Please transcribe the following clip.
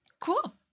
Cool